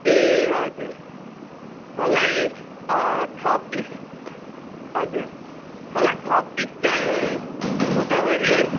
ए हजुर मलाई छ पिस हजुर मलाई छ पिस चाहिँ गोदावरी